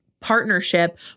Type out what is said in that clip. partnership